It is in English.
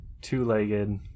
Two-legged